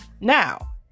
now